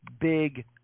big